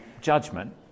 judgment